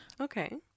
Okay